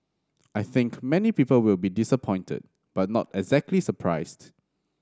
I think many people will be disappointed but not exactly surprised